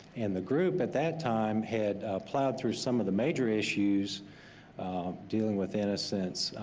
and the group at that time had plowed through some of the major issues dealing with innocence,